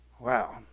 Wow